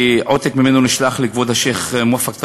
ועותק ממנו נשלח לכבוד השיח' מואפק טריף,